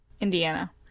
Indiana